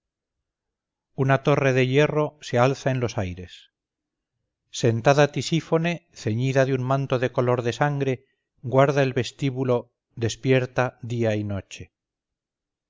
una torre de hierro se alza en los aires sentada tisífone ceñida de un manto de color de sangre guarda el vestíbulo despierta día y noche